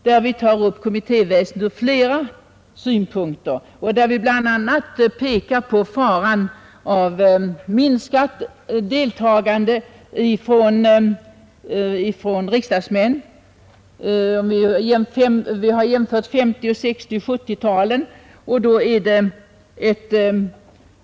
Där tar vi upp kommittéväsendet ur flera synvinklar och pekar bl.a. på faran av ett minskat deltagande ifrån riksdagsmännen. Vi har jämfört 1950-, 1960 och 1970-talen.